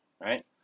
right